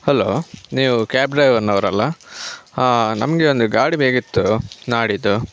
hello ನೀವು cab ಡ್ರೈವರ್ನವರಲ್ಲಾ ನಮಗೆ ಒಂದು ಗಾಡಿ ಬೇಕಿತ್ತು ನಾಡಿದ್ದು